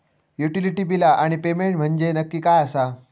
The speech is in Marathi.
युटिलिटी बिला आणि पेमेंट म्हंजे नक्की काय आसा?